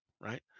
right